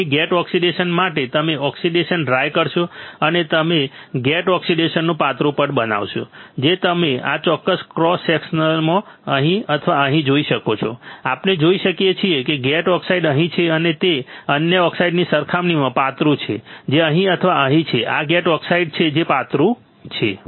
તેથી અહીં gate oxide માટે તમે ઓક્સિડેશન ડ્રાય કરશો અને તમે ગેટ ઓક્સાઇડનું પાતળું પડ બનાવશો જે તમે આ ચોક્કસ ક્રોસ સેક્શનમાં અહીં અથવા અહીં જોઈ શકો છો આપણે જોઈ શકીએ છીએ કે ગેટ ઓક્સાઇડ અહીં છે અને તે અન્ય ઓક્સાઇડની સરખામણીમાં પાતળું છે જે અહીં અથવા અહીં છે આ ગેટ ઓક્સાઇડ છે જે પાતળું છે